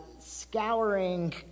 scouring